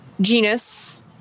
Genus